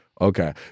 Okay